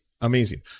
amazing